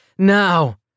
Now